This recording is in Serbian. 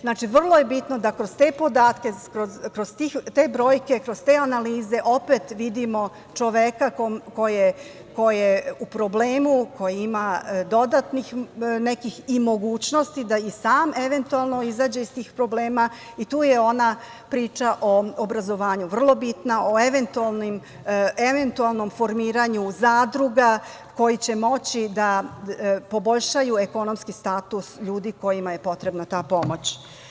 Znači, vrlo je bitno da kroz te podatke, kroz te brojke, kroz te analize opet vidimo čoveka koji je u problemu, koji ima dodatnih nekih i mogućnost da i sam eventualno izađe iz tih problema i tu je ona priča o obrazovanju vrlo bitna, o eventualnom formiranju zadruga, koji će moći da poboljšaju ekonomski status ljudi kojima je potrebna ta pomoć.